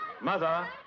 Mother